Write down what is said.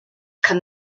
kann